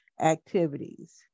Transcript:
activities